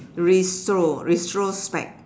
retro~ retrospect